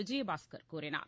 விஜயபாஸ்கர் கூறினார்